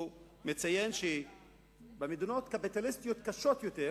הוא מציין שבמדינות קפיטליסטיות קשות יותר